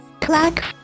Clack